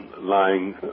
lying